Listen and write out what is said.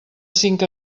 cinc